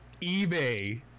eBay